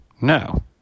no